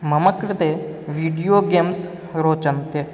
मम कृते video games रोचन्ते